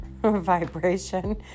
vibration